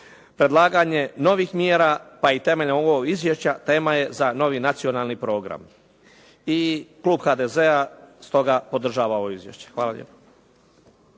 Predlaganje novih mjera pa i temeljem ovoga izvješća tema je za novi nacionalni program. I klub HDZ-a stoga podržava ovo izvješće. Hvala lijepa.